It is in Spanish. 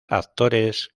actores